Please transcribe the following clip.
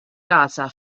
casa